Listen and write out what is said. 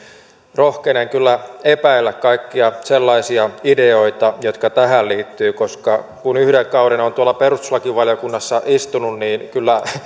rohkenen kyllä epäillä kaikkia sellaisia ideoita jotka tähän liittyvät koska kun yhden kauden olen tuolla perustuslakivaliokunnassa istunut niin kyllä